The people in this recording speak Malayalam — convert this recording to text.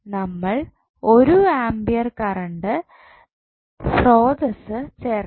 നമ്മൾ 1 ആംപിയർ കറണ്ട് സ്രോതസ്സ് ചേർക്കാം